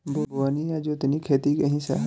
बोअनी आ जोतनी खेती के हिस्सा ह